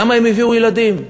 למה הם הביאו ילדים?